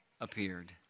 appeared